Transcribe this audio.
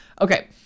Okay